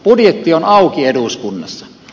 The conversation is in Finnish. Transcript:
budjetti on auki eduskunnassa